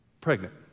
pregnant